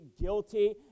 guilty